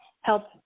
help